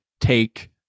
take